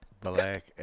black